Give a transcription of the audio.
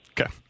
Okay